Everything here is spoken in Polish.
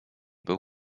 był